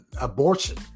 abortion